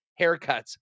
haircuts